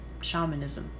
shamanism